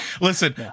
listen